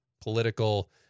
political